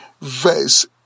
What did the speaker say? verse